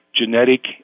genetic